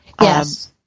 Yes